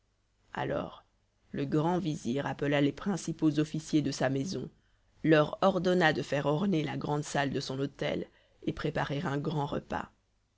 alors le grand vizir appela les principaux officiers de sa maison leur ordonna de faire orner la grande salle de son hôtel et préparer un grand repas